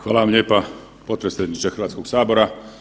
Hvala vam lijepa potpredsjedniče Hrvatskog sabora.